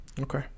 Okay